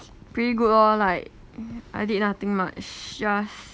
pretty good lor like I did nothing much just